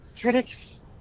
Critics